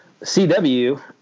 CW